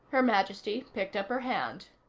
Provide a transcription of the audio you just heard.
her majesty picked up her hand.